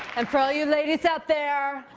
and for all you ladies out there,